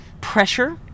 pressure